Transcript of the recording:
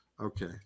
Okay